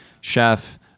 chef